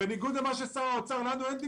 בניגוד למה שאמר שר האוצר, לנו אין דיווידנדים,